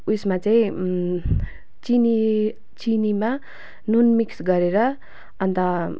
उयसमा चाहिँ चिनी चिनीमा नुन मिक्स गरेर अन्त